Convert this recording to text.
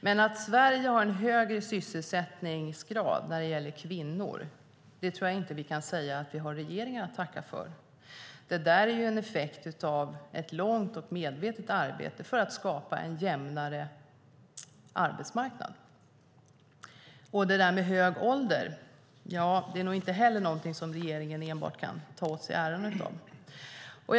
Men att Sverige har en högre sysselsättningsgrad när det gäller kvinnor tror jag inte att vi kan säga att vi har regeringen att tacka för. Det är ju en effekt av ett långt och medvetet arbete för att skapa en mer jämlik arbetsmarknad. Hög ålder är nog inte heller någonting som enbart regeringen kan ta åt sig äran av.